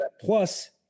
plus